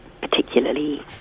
particularly